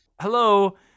hello